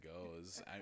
goes